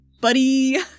buddy